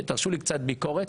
ותרשו לי קצת ביקורת: